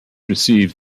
received